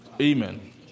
Amen